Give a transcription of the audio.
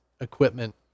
equipment